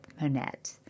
Monette